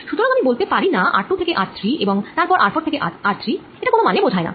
সুতরাং আমি বলতে পারিনা r2 থেকে r3 এবং তারপর r4 থেকে r3 এটা কোন মানে বোঝায় না